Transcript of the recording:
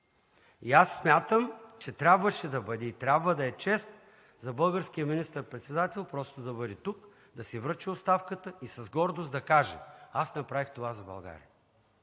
власт. Смятам, че трябваше да бъде и трябва да е чест за българския министър-председател просто да бъде тук, да си връчи оставката и с гордост да каже: „Аз направих това за България,